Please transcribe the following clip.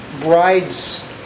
bride's